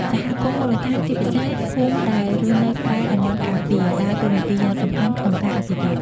សហគមន៍មូលដ្ឋាន ជាពិសេសភូមិដែលរស់នៅក្បែរតំបន់ការពារ ដើរតួនាទីយ៉ាងសំខាន់ក្នុងការអភិរក្ស។